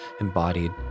embodied